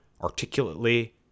articulately